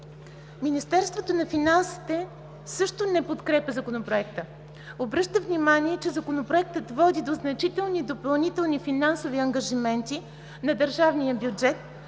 Министерството на финансите също не подкрепя Законопроекта. Обръща внимание, че Законопроектът води до значителни допълнителни финансови ангажименти на държавния бюджет,